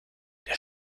der